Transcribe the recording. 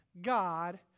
God